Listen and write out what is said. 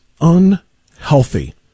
unhealthy